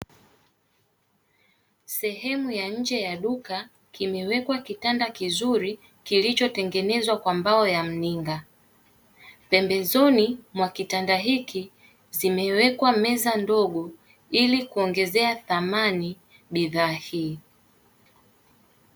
Sehemu ya nje ya duka kimewekwa kitanda kizuri, kilichotengenezwa kwa mbao ya mninga pembezoni mwa kitanda hiki zimewekwa meza ndogo ili kuongezea thamani bidhaa hii.